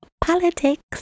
politics